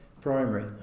Primary